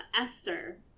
Esther